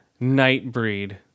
Nightbreed